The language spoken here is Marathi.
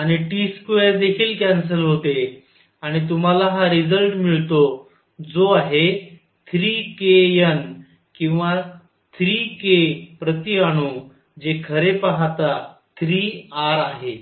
आणिT2देखील कॅन्सल होते आणि तुम्हाला हा रिजल्ट मिळतो जो आहे 3kN किंवा 3 k प्रति अणू जे खरे पाहता 3 R आहे